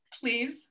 please